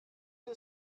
too